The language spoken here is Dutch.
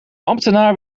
ambtenaar